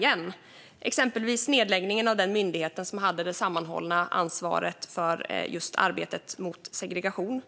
Det handlar exempelvis om nedläggningen av den myndighet som hade det sammanhållna ansvaret för arbetet mot segregation, om